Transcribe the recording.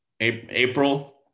April